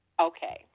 Okay